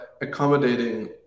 accommodating